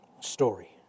story